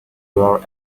were